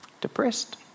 Depressed